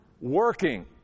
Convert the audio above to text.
working